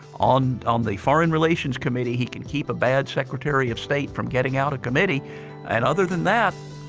on um the foreign relations committee, he can keep a bad secretary of state from getting out of committee and other than that,